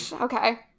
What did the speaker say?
Okay